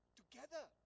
together